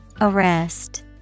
Arrest